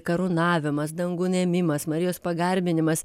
karūnavimas dangun ėmimas marijos pagarbinimas